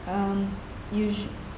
um usually